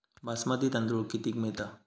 बासमती तांदूळ कितीक मिळता?